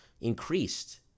increased